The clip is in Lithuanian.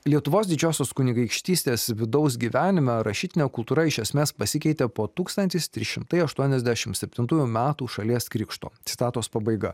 lietuvos didžiosios kunigaikštystės vidaus gyvenime rašytinė kultūra iš esmės pasikeitė po tūkstantis trys šimtai aštuoniasdešim septintųjų metų šalies krikšto citatos pabaiga